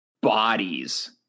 bodies